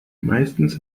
meistens